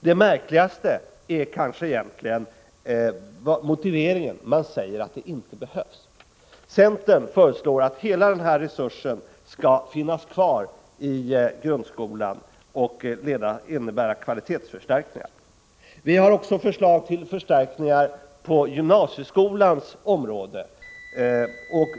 Det märkligaste är kanske motiveringen: man säger att de inte behövs! Centern föreslår att hela den resursen skall finnas kvar i grundskolan och innebära kvalitetsförstärkningar. Vi har också förslag till förstärkningar på gymnasieskolans område.